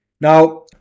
Now